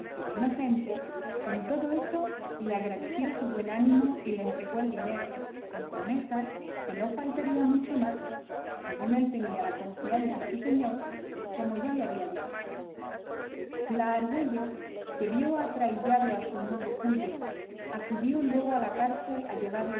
que de inocente con todo eso le agradeció su buen ánimo y le entregó el dinero con promesa que no faltaría mucho más según él tenía la confianza en su señor como ya le había dicho la argüello que vio atraillado a su nuevo cuyo acudió luego a la cárcel a llevarle